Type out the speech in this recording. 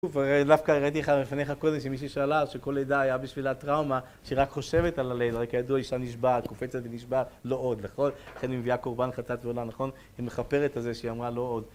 דווקא הראיתי לך מלפניך קודם שמישהי שאלה, שכל לידה היה בשבילה טראומה, שהיא רק חושבת על ללדת, כידוע אישה נשבעת, קופצת ונשבעת: "לא עוד", נכון? לכן היא מביאה קורבן חטאת ועולה, נכון? היא מכפרת על זה שהיא אמרה "לא עוד".